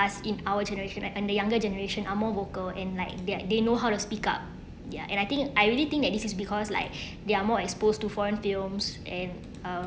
us in our generation like and the younger generation are more vocal and like they're they know how to speak up ya and I think I really think that this is because like they are more exposed to foreign films and um